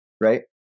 right